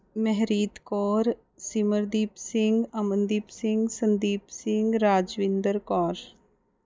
Mehreet Kaur Simardeep Singh Amandeep Singh Sandeep Singh Rajwinder Kaur